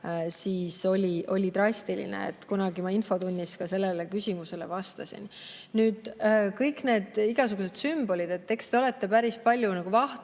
ajal, oli drastiline. Kunagi ma infotunnis sellele küsimusele vastasin. Kõik need igasugused sümbolid – eks te olete päris palju vahtu